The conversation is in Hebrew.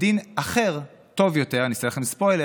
ודין אחר, טוב יותר, אני אעשה לכם ספוילר: